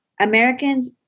Americans